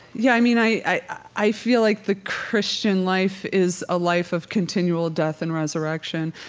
yeah. i mean, i i feel like the christian life is a life of continual death and resurrection.